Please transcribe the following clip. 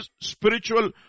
spiritual